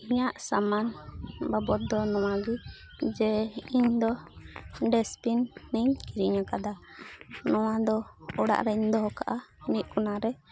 ᱤᱧᱟᱹᱜ ᱥᱟᱢᱟᱱ ᱵᱟᱵᱚᱫ ᱫᱚ ᱱᱚᱣᱟᱜᱮ ᱡᱮ ᱤᱧᱫᱚ ᱰᱟᱥᱴᱵᱤᱱ ᱤᱧ ᱠᱤᱨᱤᱧ ᱠᱟᱫᱟ ᱱᱚᱣᱟᱫᱚ ᱚᱲᱟᱜ ᱨᱤᱧ ᱫᱚᱦᱚ ᱠᱟᱜᱼᱟ ᱢᱤᱫ ᱠᱳᱱᱟ ᱨᱮ